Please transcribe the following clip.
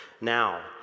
now